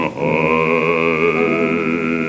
high